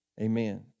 amen